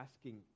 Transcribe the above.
asking